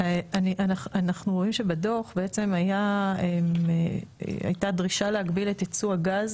אנחנו רואים שבדו"ח הייתה דרישה להגביל את ייצוא הגז,